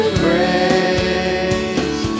praise